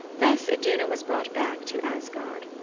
thus iduna was brought back to asgard.